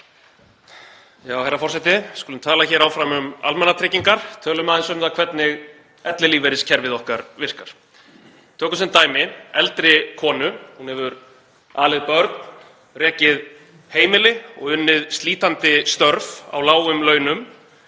Herra forseti. Við skulum tala hér áfram um almannatryggingar. Tölum aðeins um það hvernig ellilífeyriskerfið okkar virkar. Tökum sem dæmi eldri konu sem hefur alið börn, rekið heimili og unnið slítandi störf á lágum launum.